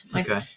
Okay